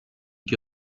και